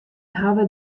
hawwe